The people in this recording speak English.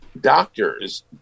doctors